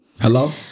Hello